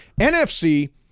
NFC